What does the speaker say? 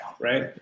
right